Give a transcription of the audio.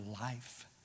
life